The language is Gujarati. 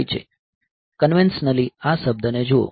કન્વેન્શનલી આ શબ્દ ને જુઓ